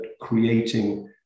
creating